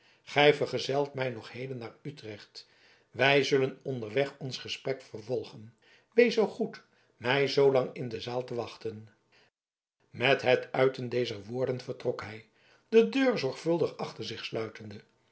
gij vergezelt mij nog heden naar utrecht wij zullen onderweg ons gesprek vervolgen wees zoo goed mij zoolang in de zaal te wachten met het uiten dezer woorden vertrok hij de deur zorgvuldig achter zich sluitende